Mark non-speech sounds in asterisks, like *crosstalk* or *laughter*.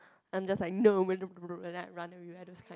I'm just like no we're *noise* and then I run everywhere those kind